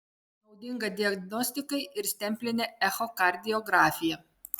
naudinga diagnostikai ir stemplinė echokardiografija